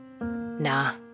Nah